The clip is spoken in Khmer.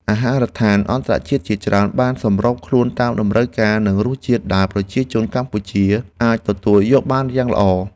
អាហារដ្ឋានអន្តរជាតិជាច្រើនបានសម្របខ្លួនតាមតម្រូវការ និងរសជាតិដែលប្រជាជនកម្ពុជាអាចទទួលយកបានយ៉ាងល្អ។